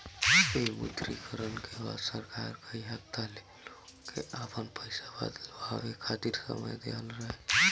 विमुद्रीकरण के बाद सरकार कई हफ्ता ले लोग के आपन पईसा बदलवावे खातिर समय देहले रहे